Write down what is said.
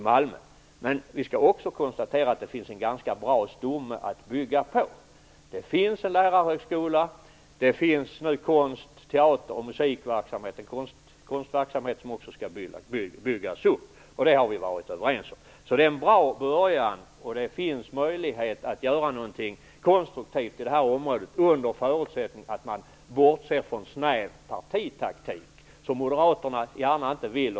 Men vi skall också konstatera att det finns en ganska bra stomme att bygga på. Det finns en lärarhögskola, det finns konst-, teateroch musikverksamheter - en konstverksamhet som skall byggas upp. Det har vi varit överens om. Det är en bra början, och det finns möjlighet att göra någonting konstruktivt i det här området, under förutsättning att man bortser från snäv partitaktik, som Moderaterna inte gärna vill.